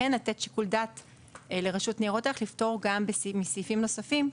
כן לתת שיקול דעת לרשות ניירות ערך כדי לפטור גם מסעיפים נוספים,